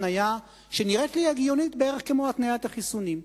התניה שנראית לי הגיונית בערך כמו התניית החיסונים,